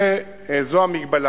זו ההגבלה.